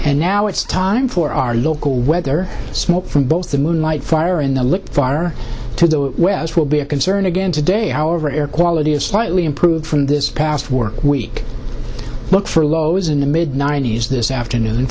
and now it's time for our local weather smoke from both the moonlight fire in the looked far to the west will be a concern again today however air quality is slightly improved from this past work week look for lows in the mid ninety's this afternoon